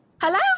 hello